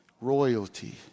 Royalty